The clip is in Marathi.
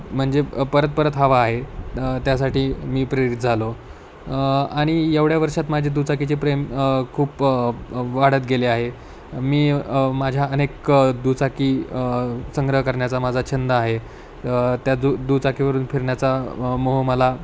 म्हणजे परत परत हवा आहे त्यासाठी मी प्रेरित झालो आणि एवढ्या वर्षात माझे दुचाकीचे प्रेम खूप वाढत गेले आहे मी माझ्या अनेक दुचाकी संग्रह करण्याचा माझा छंद आहे त्या दु दुचाकीवरून फिरण्याचा मोह मला